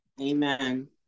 Amen